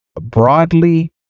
broadly